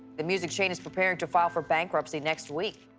the music chain is preparing to file for bankruptcy next week.